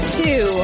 two